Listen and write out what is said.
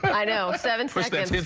i know seven first as